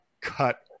cut